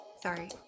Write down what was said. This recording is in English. sorry